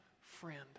friend